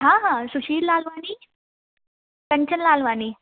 हा हा सुशील लालवानी कंचन लालवानी